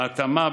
בהתאמה,